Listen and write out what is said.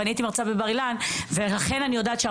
אני הייתי מרצה בבר אילן ולכן אני יודעת